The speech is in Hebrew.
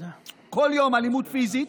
בכל יום, אלימות פיזית.